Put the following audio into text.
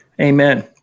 Amen